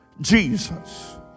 Jesus